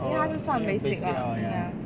oh 因为 basic ah ya